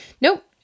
Nope